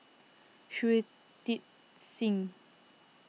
Shui Tit Sing